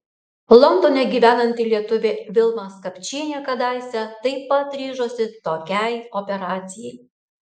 londone gyvenanti lietuvė vilma skapčienė kadaise taip pat ryžosi tokiai operacijai